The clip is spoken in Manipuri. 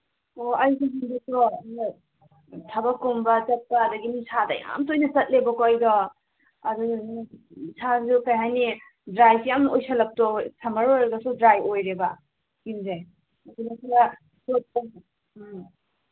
ꯑꯣ ꯊꯕꯛꯀꯨꯝꯕ ꯆꯠꯄ ꯑꯗꯒꯤ ꯅꯨꯡꯁꯥꯗ ꯌꯥꯝ ꯇꯣꯏꯅ ꯆꯠꯂꯦꯕꯀꯣ ꯑꯩꯗꯣ ꯑꯗꯨꯗꯨꯒꯤ ꯏꯁꯥꯁꯨ ꯀꯔꯤ ꯍꯥꯏꯅꯤ ꯗ꯭ꯔꯥꯏꯁꯤ ꯌꯥꯝ ꯁꯃꯔ ꯑꯣꯏꯔꯒꯁꯨ ꯗ꯭ꯔꯥꯏ ꯑꯣꯏꯔꯦꯕ ꯏꯁꯀꯤꯟꯁꯦ ꯎꯝ